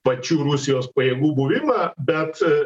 pačių rusijos pajėgų buvimą bet